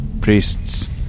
Priests